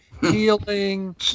healing